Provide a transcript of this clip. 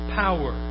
power